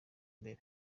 mbere